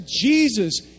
Jesus